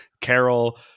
Carol